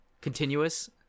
continuous